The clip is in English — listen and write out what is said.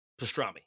pastrami